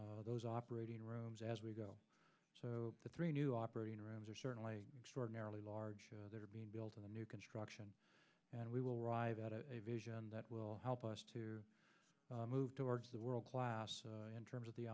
evolve those operating rooms as we go so the three new operating rooms are certainly extraordinarily large being built in the new construction and we will arrive at a vision that will help us to move towards the world class in terms of the